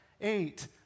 eight